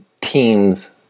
teams